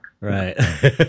Right